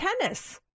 tennis